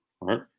right